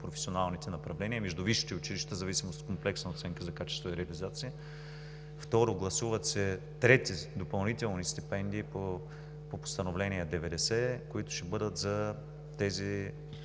професионалните направления, между висшите училища, в зависимост от комплексната оценка за качеството и реализацията. Второ, гласуват се трети допълнителни стипендии по Постановление № 90, които ще бъдат за